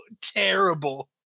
terrible